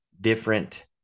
different